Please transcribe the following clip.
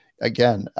again